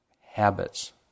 habits